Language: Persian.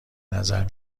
نظر